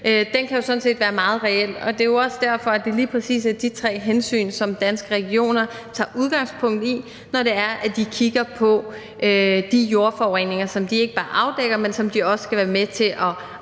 kan jo sådan set være meget reel, og det er jo også derfor, at det lige præcis er de tre hensyn, som Danske Regioner tager udgangspunkt i, når de kigger på de jordforureninger, som de ikke bare afdækker, men også skal være med til at afværge